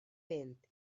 vent